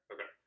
Okay